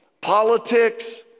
politics